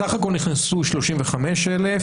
סך הכול נכנסו 35,000,